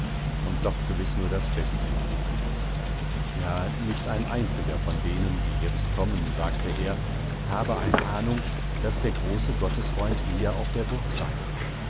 und doch gewiß nur das beste meinte ja nicht ein einziger von denen die jetzt kommen sagte er habe eine ahnung daß der große gottesfreund hier auf der burg sei